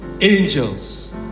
Angels